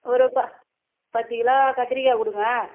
ஒரு ப பத்து கிலோ கத்திரிக்காய் கொடுங்க